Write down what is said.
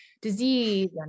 disease